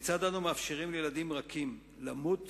כיצד אנו מאפשרים לילדים רכים למות